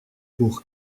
pour